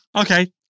okay